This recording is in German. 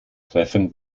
treffen